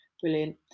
brilliant